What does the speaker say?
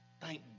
Thank